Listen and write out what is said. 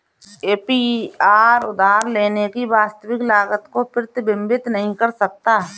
APR उधार लेने की वास्तविक लागत को प्रतिबिंबित नहीं कर सकता है